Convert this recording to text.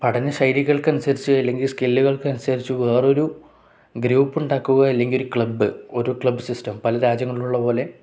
പഠന ശൈലികൾക്കനുസരിച്ച് അല്ലെങ്കി സ്കില്ലുകൾക്ക്നുസരിച്ച് വേറൊരു ഗ്രൂപ്പ് ഉണ്ടാക്കുക അല്ലെങ്കി ഒരു ക്ലബ് ഒരു ക്ലബ് സിസ്റ്റം പല രാജ്യങ്ങളിലുള്ള പോലെ